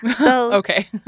Okay